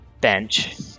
bench